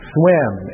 swim